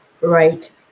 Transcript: right